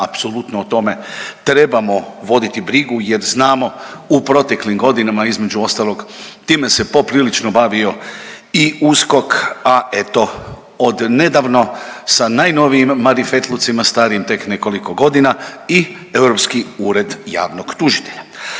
apsolutno o tome trebamo voditi brigu jer znamo u proteklim godinama između ostalog time se poprilično bavio i USKOK, a eto od nedavno sa najnovijim manifetlucima starim tek nekoliko godina i Europski ured javnog tužitelja.